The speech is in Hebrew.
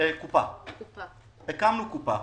הקמנו קופה.